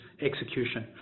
Execution